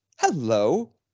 hello